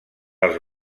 els